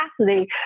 capacity